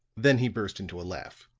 then he burst into a laugh.